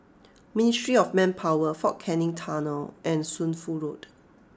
Ministry of Manpower Fort Canning Tunnel and Shunfu Road